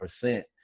percent